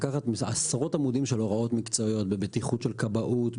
לקחת עשרות עמודים של הוראות מקצועיות בבטיחות של כבאות,